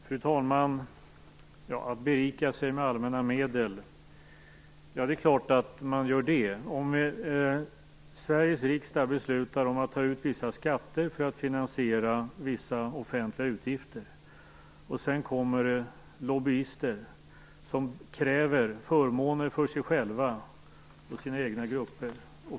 Fru talman! Det är klart att man berikar sig med allmänna medel om Sveriges riksdag beslutar att ta ut vissa skatter för att finansiera vissa offentliga utgifter och det sedan kommer lobbyister som kräver förmåner för sig själva och sina egna grupper.